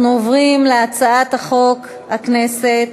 אנחנו עוברים להצעת חוק הכנסת